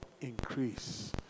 Increase